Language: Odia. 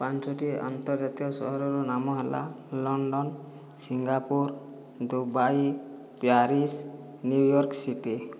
ପାଞ୍ଚଟି ଆନ୍ତର୍ଜାତୀୟ ସହରର ନାମ ହେଲା London Singapore Dubai Paris New York city